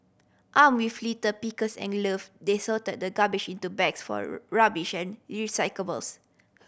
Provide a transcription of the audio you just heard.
arm with litter pickers and glove they sorted the garbage into bags for recyclables